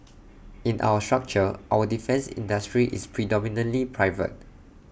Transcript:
in our structure our defence industry is predominantly private